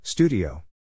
Studio